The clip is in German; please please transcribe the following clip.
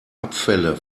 abfälle